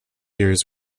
years